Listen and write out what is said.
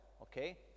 Okay